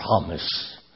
promise